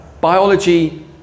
biology